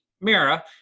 mira